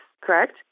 correct